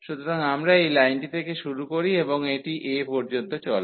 সুতরাং আমরা এই লাইনটি থেকে শুরু করি এবং এটি a পর্যন্ত চলে